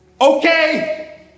okay